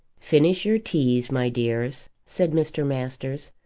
finish your teas, my dears, said mr. masters,